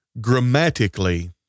Grammatically